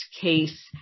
case